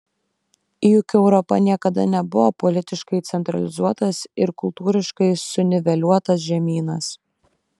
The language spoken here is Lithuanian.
juk europa niekada nebuvo politiškai centralizuotas ir kultūriškai suniveliuotas žemynas